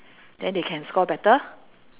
then they can score better